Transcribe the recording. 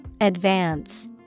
Advance